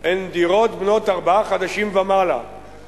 הן דירות בנות ארבעה חדרים ויותר.